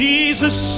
Jesus